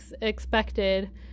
expected